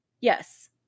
Yes